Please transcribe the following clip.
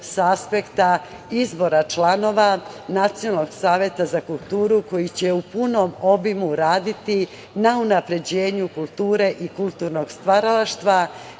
sa aspekta izbora članova Nacionalnog saveta za kulturu koji će u punom obimu raditi na unapređenju kulture i kulturnog stvaralaštva,